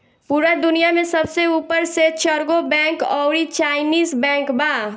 पूरा दुनिया में सबसे ऊपर मे चरगो बैंक अउरी चाइनीस बैंक बा